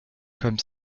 comme